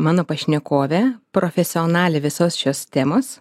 mano pašnekovė profesionalė visos šios temos